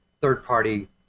third-party